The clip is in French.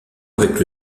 avec